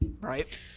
Right